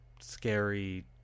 scary